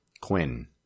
Quinn